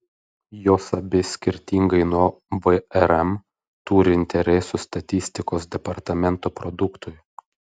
jos abi skirtingai nuo vrm turi interesų statistikos departamento produktui